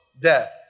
death